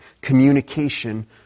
communication